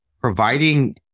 providing